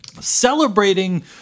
celebrating